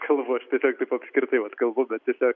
kalbu aš tiesiog taip apskritai vat kalbu bet tiesiog